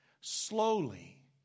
Slowly